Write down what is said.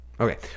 okay